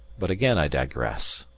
but again i digress.